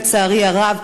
לצערי הרב,